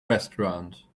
restaurant